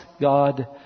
God